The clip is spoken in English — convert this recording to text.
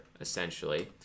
essentially